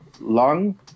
long